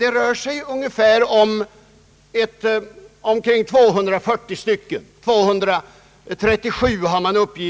Enligt uppgift som jag har fått i dag rör det sig om 237 stycken.